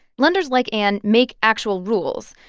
lenders like anne make actual rules.